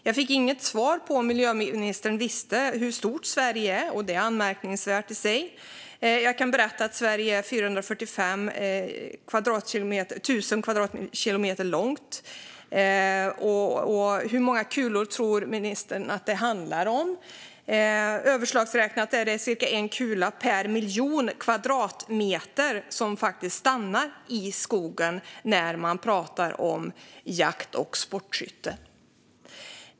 Jag fick inget svar på om miljöministern visste hur stort Sverige är, och det är anmärkningsvärt i sig. Jag kan berätta att Sveriges yta är 445 000 kvadratkilometer. Och hur många kulor tror ministern att det handlar om? En överslagsräkning ger vid handen att det är cirka en kula per miljon kvadratmeter som stannar i skogen när det handlar om jakt och sportskytte.